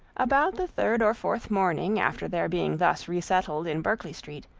about the third or fourth morning after their being thus resettled in berkeley street,